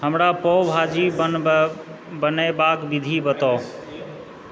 हमरा पावभाजी बनेबाक विधि बताउ